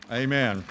amen